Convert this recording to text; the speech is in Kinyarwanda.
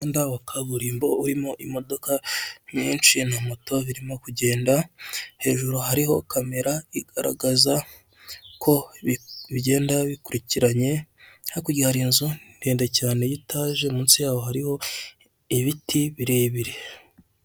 Umuhanda wa kaburimbo urimo imodoka nyinshi na moto biromo kugenda, hejuru hariho kamera igaragaza uko bigenda bikurukiranye, hakurya hari inzu ndende cyane y'itaje munsi yaho hari ibiti birebire.